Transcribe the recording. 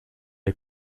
est